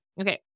okay